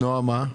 נועם מה?